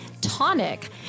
Tonic